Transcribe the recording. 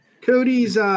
Cody's –